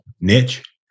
niche